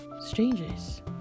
strangers